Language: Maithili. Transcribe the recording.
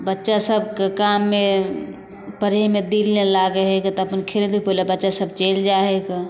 बच्चा सबके काममे पढ़यमे दिल नहि लागै हइ तऽ अपन खेलऽ धूपाय लए अपन बच्चा सब चलि जाइ हीकै